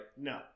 No